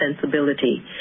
sensibility